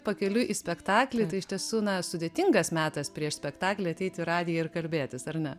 pakeliui į spektaklį tai iš tiesų sudėtingas metas prieš spektaklį ateit į radiją ir kalbėtis ar ne